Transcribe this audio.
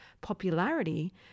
popularity